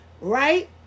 right